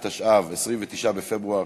התשע"ו, 29 בפברואר